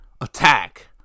attack